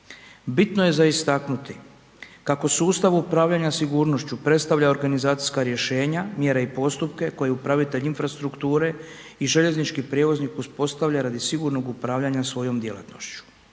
Bitno je za istaknuti kako sustav upravljanja sigurnošću predstavlja organizacijska rješenja, mjere i postupke koje upravitelj infrastrukture i željeznički prijevoznik uspostavlja radi sigurnog upravljanja svojom djelatnošću.